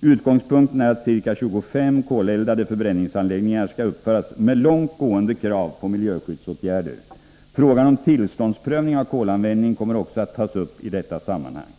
Utgångspunkten är att ca 25 koleldade förbränningsanläggningar skall uppföras med långt gående krav på miljöskyddsåtgärder. Frågan om tillståndsprövning för kolanvändning kommer också att tas upp i detta sammanhang.